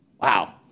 Wow